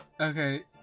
Okay